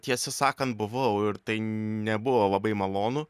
tiesą sakant buvau ir tai nebuvo labai malonu